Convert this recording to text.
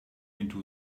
into